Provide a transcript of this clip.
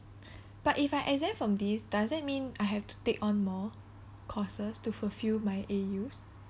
but if I exempt from this does that mean I have to take on more courses to fulfil my A_Us